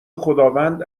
خداوند